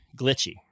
glitchy